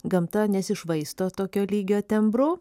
gamta nesišvaisto tokio lygio tembru